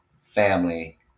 family